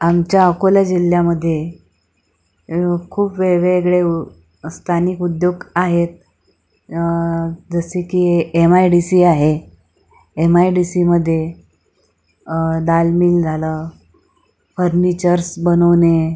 आमच्या अकोला जिल्ह्यामध्ये खूप वेगवेगळे उ स्थानिक उद्योग आहेत जसे की एम आय डी सी आहे एम आय डी सीमध्ये दालमिल झालं फर्निचर्स बनवणे